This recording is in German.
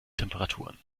temperaturen